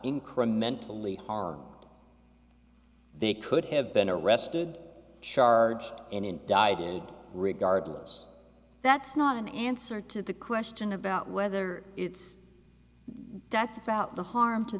incrementally are they could have been arrested charged and indicted regardless that's not an answer to the question about whether it's that's about the harm to